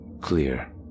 Clear